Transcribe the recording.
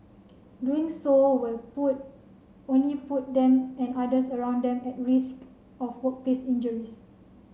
doing so will put only put them and others around them at risk of workplace injuries